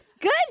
good